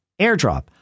AirDrop